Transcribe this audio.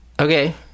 Okay